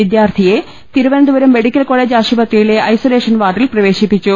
വിദ്യാർത്ഥിയെ Thiruvananthapuram medical college ആശുപത്രിയിലെ isolation വാർഡിൽ പ്രവേശിപ്പിച്ചു